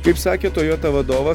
kaip sakė toyota vadovas